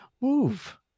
move